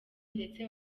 ndetse